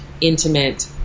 intimate